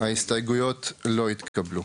הצבעה ההסתייגויות לא התקבלו.